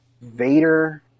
Vader